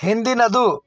ಹಿಂದಿನದು